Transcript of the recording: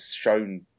shown